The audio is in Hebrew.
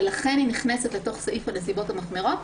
ולכן היא נכנסת לתוך סעיף הנסיבות המחמירות,